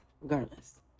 regardless